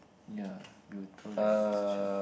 ya we were told that there's twelve